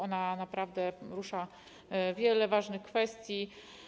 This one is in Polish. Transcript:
Ona naprawdę porusza wiele ważnych kwestii.